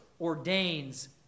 ordains